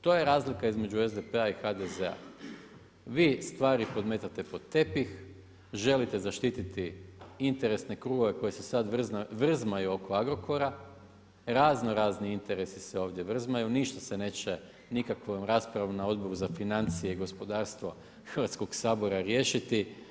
To je razlika između SDP-a i HDZ-a, vi stvari podmetate pod tepih, želite zaštititi interesne krugove koji se sad vrzmaju oko Agrokora, razno razni interesi se ovdje vrzmaju, ništa se ne će nikakvom raspravom na Odboru za financije i gospodarstvo Hrvatskog sabora riješiti.